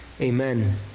amen